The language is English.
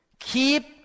Keep